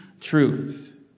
truth